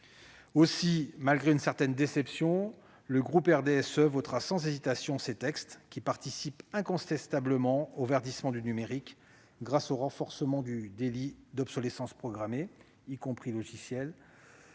Aussi, malgré une certaine déception, le groupe du RDSE votera sans hésitation ces textes, qui participent incontestablement au verdissement du numérique, grâce au renforcement du délit d'obsolescence programmée- y compris logicielle